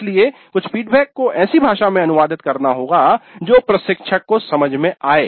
इसलिए कुछ फीडबैक को ऐसी भाषा में अनुवादित करना होगा जो प्रशिक्षक को समझ में आए